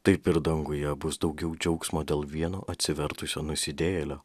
taip ir danguje bus daugiau džiaugsmo dėl vieno atsivertusio nusidėjėlio